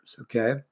Okay